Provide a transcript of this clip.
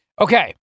Okay